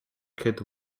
kid